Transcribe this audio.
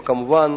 וכמובן,